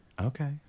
Okay